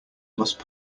must